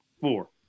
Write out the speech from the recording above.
four